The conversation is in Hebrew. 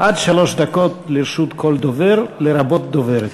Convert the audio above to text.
עד שלוש דקות לרשות כל דובר, לרבות דוברת.